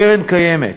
הקרן הקיימת,